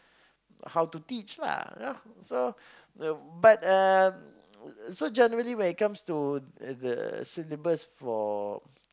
how to teach lah yeah so the but uh so generally when it comes to uh the syllabus for